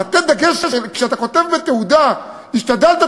לתת דגש כשאתה כותב בתעודה "השתדלת,